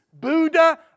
Buddha